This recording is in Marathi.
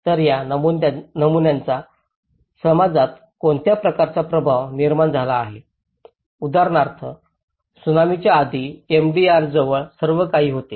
तर या नमुन्यांचा समाजात कोणत्या प्रकारचा प्रभाव निर्माण झाला आहे उदाहरणार्थ उदाहरणार्थ त्सुनामीच्या आधी एमडीआर जवळ सर्व काही होते